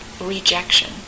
rejection